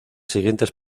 siguientes